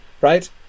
right